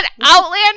Outlander